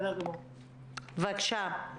בבקשה.